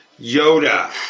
Yoda